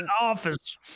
office